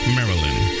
Maryland